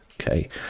Okay